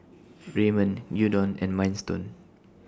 Ramen Gyudon and Minestrone